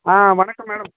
ஆ வணக்கம் மேடம்